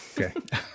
Okay